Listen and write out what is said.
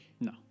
No